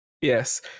Yes